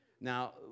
now